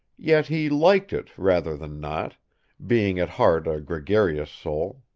yet he liked it rather than not being at heart a gregarious soul.